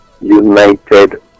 United